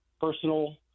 personal